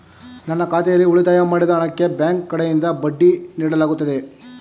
ನನ್ನ ಖಾತೆಯಲ್ಲಿ ಉಳಿತಾಯ ಮಾಡಿದ ಹಣಕ್ಕೆ ಬ್ಯಾಂಕ್ ಕಡೆಯಿಂದ ಬಡ್ಡಿ ನೀಡಲಾಗುತ್ತದೆಯೇ?